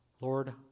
Lord